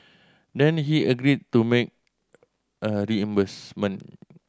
then he agreed to make a reimbursement